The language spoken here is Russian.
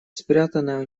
спрятанная